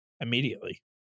immediately